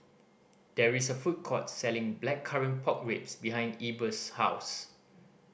there is a food court selling Blackcurrant Pork Ribs behind Eber's house